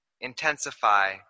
intensify